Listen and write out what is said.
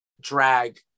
drag